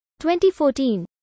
2014